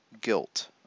guilt